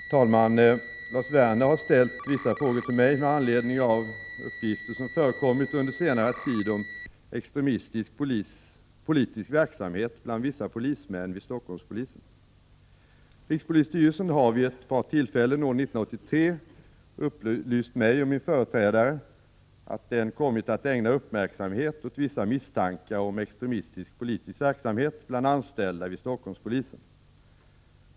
Herr talman! Lars Werner har ställt vissa frågor till mig med anledning av de uppgifter som förekommit under senare tid om extremistisk politisk verksamhet bland vissa polismän vid Stockholmspolisen. Rikspolisstyrelsen har vid ett par tillfällen år 1983 upplyst mig och min företrädare om att den kommit att ägna uppmärksamhet åt vissa misstankar om extremistisk politisk verksamhet bland anställda vid Stockholmspolisen.